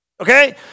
Okay